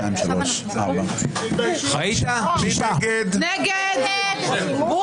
מי נגד?